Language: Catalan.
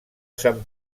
sant